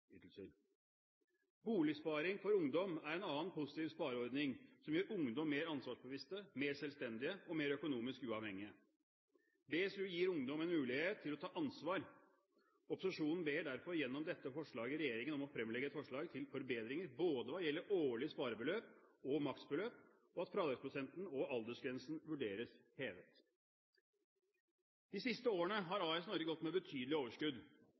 Boligsparing for ungdom er en annen positiv spareordning, som gjør ungdom mer ansvarsbevisste, mer selvstendige og mer økonomisk uavhengige. BSU gir ungdom en mulighet til å ta ansvar. Opposisjonen ber derfor gjennom dette forslaget regjeringen om å fremlegge et forslag til forbedringer, både hva gjelder årlig sparebeløp og maksbeløp, og at fradragsprosenten og aldersgrensen vurderes hevet. De siste årene har AS Norge gått med betydelig overskudd.